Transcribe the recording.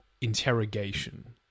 interrogation